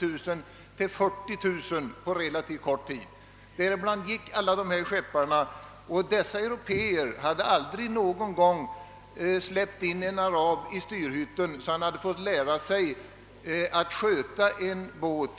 000 till 40 000 personer på relativt kort tid, och bland dem som flyttade var dessa skeppare. De hade aldrig någonsin släppt in en arab i styrhytten så att han hade fått lära sig att sköta en båt.